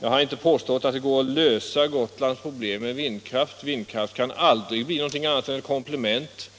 Jag har inte påstått att det går att lösa Gotlands problem med vindkraft, eftersom den aldrig kan bli någonting annat än ett komplement